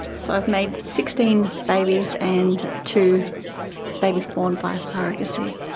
so i've made sixteen babies and two babies born via surrogacy.